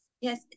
yes